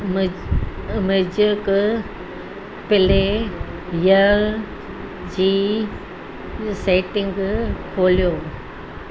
मू music play य जी सेटिंग खोलियो